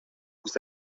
vous